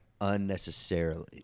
Unnecessarily